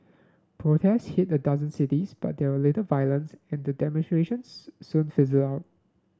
protests hit a dozen cities but there were little violence and the demonstrations soon fizzled out